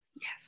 Yes